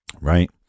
right